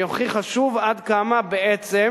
והיא הוכיחה שוב עד כמה בעצם